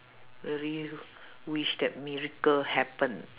really wish that miracle happen